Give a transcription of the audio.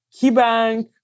KeyBank